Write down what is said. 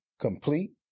complete